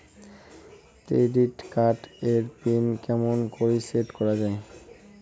Credit card এর pin কেমন করি সেট করা য়ায়?